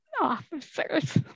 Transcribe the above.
officers